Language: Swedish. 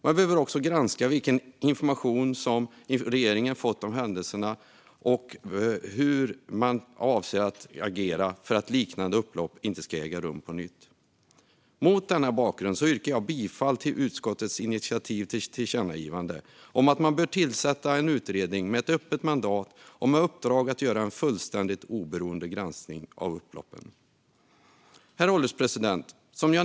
Man behöver också granska vilken information som regeringen fått om händelserna och hur man avser att agera för att liknande upplopp inte ska äga rum på nytt. Med denna bakgrund yrkar jag bifall till utskottets initiativ till tillkännagivande om att man bör tillsätta en utredning med ett öppet mandat och med uppdrag att göra en fullständigt oberoende granskning av upploppen. Herr ålderspresident!